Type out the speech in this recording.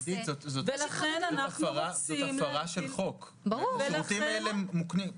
עידית, זאת הפרה של חוק, השירותים האלה מוקנים.